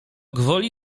gwoli